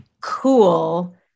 cool